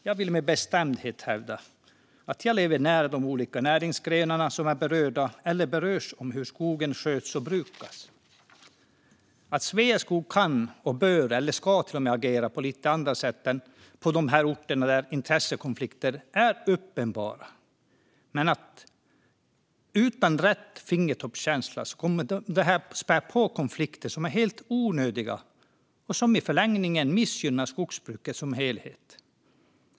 Jag vill med bestämdhet hävda att jag lever nära de olika näringsgrenarna som är berörda eller berörs av hur skogen sköts och brukas. Sveaskog kan och bör, eller ska till och med, agera på lite andra sätt på de orter där intressekonflikter är uppenbara. Men utan rätt fingertoppskänsla kommer detta att spä på konflikter som är helt onödiga och som i förlängningen missgynnar skogsbruket som helhet.